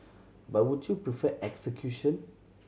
but would you prefer execution